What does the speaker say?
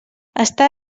està